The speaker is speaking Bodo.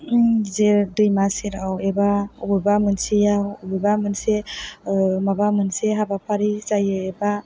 जेर दैमा सेराव एबा बबेबा मोनसेयाव बबेबा मोनसे माबा मोनसे हाबाफारि जायो एबा